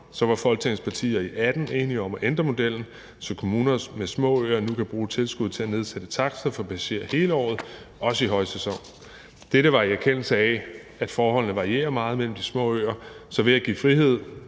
var Folketingets partier i 2018 enige om at ændre modellen, så kommuner med små øer nu kan bruge tilskuddet til at nedsætte takster for passagerer hele året, altså også i højsæsonen. Dette var i erkendelse af, at forholdene varierer meget mellem de små øer, så ved at give frihed